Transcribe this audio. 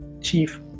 chief